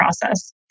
process